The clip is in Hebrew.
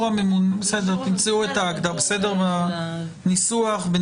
תמצאו את הניסוח.